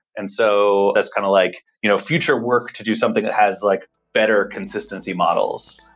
and so, that's kind of like you know future work to do something that has like better consistency models.